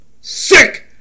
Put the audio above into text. Sick